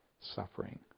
suffering